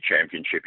Championship